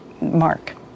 Mark